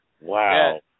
Wow